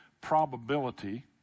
probability